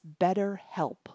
BetterHelp